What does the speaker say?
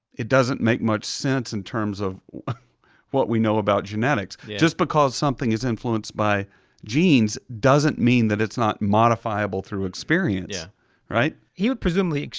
it doesn't make much sense in terms of what we know about genetics. just because something is influenced by genes doesn't mean that it's not modifiable through experience. yeah corey he would, presumably,